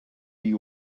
you